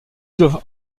doivent